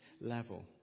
level